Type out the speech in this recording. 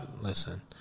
Listen